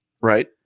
Right